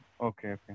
Okay